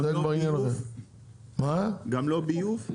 גם לא ביוב?